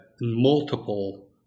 multiple